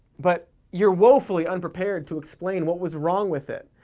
but you're woefully unprepared to explain what was wrong with it.